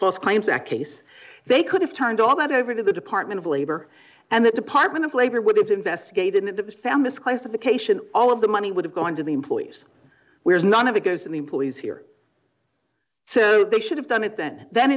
false claims act case they could have turned all that over to the department of labor and the department of labor would have investigated and found this classification all of the money would have gone to the employers whereas none of it goes in the employees here so they should have done it then then